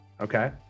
okay